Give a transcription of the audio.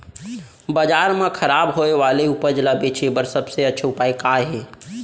बाजार मा खराब होय वाले उपज ला बेचे बर सबसे अच्छा उपाय का हे?